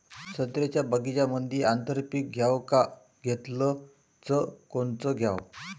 संत्र्याच्या बगीच्यामंदी आंतर पीक घ्याव का घेतलं च कोनचं घ्याव?